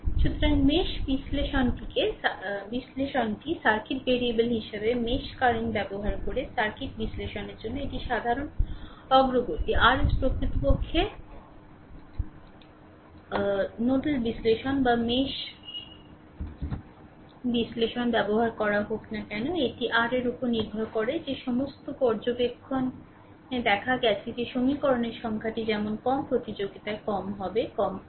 সুতরাং মেশ বিশ্লেষণটি circuit variable হিসাবে মেশ কারেন্ট ব্যবহার করে সার্কিট বিশ্লেষণের জন্য একটি সাধারণ অগ্রগতি প্রকৃতপক্ষে নোডাল বিশ্লেষণ বা মেশ বিশ্লেষণ ব্যবহার করা হোক না কেন এটি r এর উপর নির্ভর করে যে সম্ভবত পর্যবেক্ষণে দেখা গেছে যে সমীকরণের সংখ্যাটি যেমন কম প্রতিযোগিতায় কম হবে রেফার সময় 2959 কম হবে